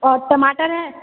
और टमाटर है